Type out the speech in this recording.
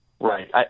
Right